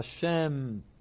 Hashem